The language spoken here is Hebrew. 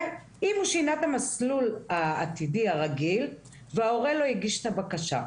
ואם הוא שינה את המסלול העתידי הרגיל וההורה לא הגיש את הבקשה,